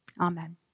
Amen